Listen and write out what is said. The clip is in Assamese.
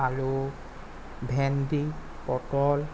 আলু ভেন্দি পটল